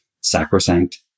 sacrosanct